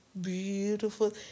beautiful